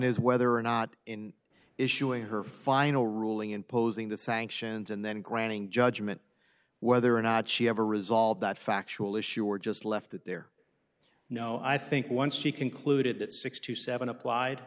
is whether or not in issuing her final ruling imposing the sanctions and then granting judgment whether or not she ever resolved that factual issue or just left it there no i think once she concluded that six to seven applied